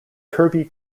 kirby